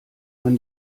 man